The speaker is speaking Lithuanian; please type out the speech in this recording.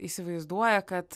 įsivaizduoja kad